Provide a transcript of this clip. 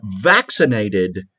vaccinated